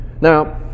now